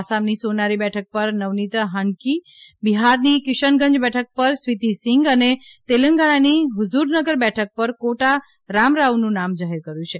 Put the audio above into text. આસામની સોનારી બેઠક પર નવનીત હાંડીક બિહારની કિશનગંજ બેઠક પર સ્વીતીસિંઘ અને તેલંગણાની હ્ઝુરનગર બેઠક પર કોટા રામરાવનું નામ જાહેર કર્યુ છે